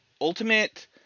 Ultimate